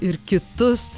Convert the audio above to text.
ir kitus